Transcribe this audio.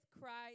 Christ